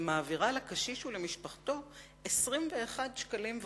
ומעבירה לקשיש ולמשפחתו 21.5 שקלים.